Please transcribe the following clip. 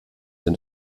den